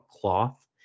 cloth